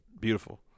Beautiful